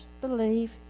believe